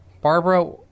Barbara